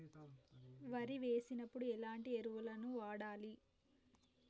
వరి వేసినప్పుడు ఎలాంటి ఎరువులను వాడాలి?